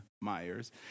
Myers